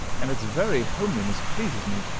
and its very homeliness pleases me,